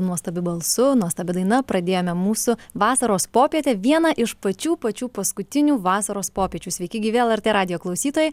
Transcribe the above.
nuostabiu balsu nuostabi daina pradėjome mūsų vasaros popietę vieną iš pačių pačių paskutinių vasaros popiečių sveiki gyvi lrt radijo klausytojai